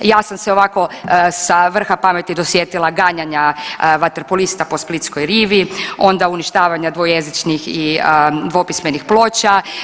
Ja sam se ovako sa vrha pameti dosjetila ganjanja vaterpolista po Splitskoj rivi, onda uništavanja dvojezičnih i dvopismenih ploča.